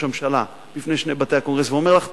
הממשלה בפני שני בתי הקונגרס ואומר לך,